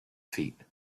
feet